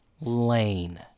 lane